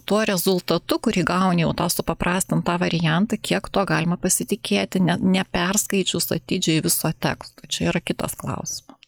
tuo rezultatu kurį gauni jau tą supaprastintą variantą kiek tuo galima pasitikėti ne neperskaičius atidžiai viso teksto čia yra kitas klausimas